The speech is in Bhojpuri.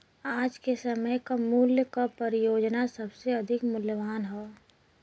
आज के समय क मूल्य क परियोजना सबसे अधिक मूल्यवान हौ